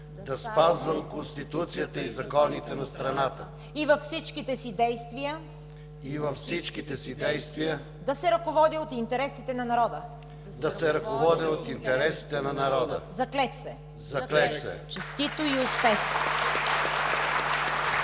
да спазвам Конституцията и законите на страната и във всичките си действия да се ръководя от интересите на народа. Заклех се!“ (Ръкопляскания.) ПРЕДСЕДАТЕЛ